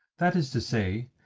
that is to say,